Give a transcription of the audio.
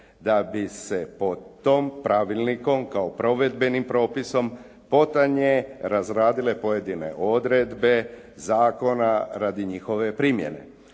da bi se po tom pravilniku kao provedbenim propisom potonje razradile pojedine odredbe zakona radi njihove primjene.